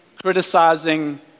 criticizing